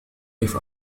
كيف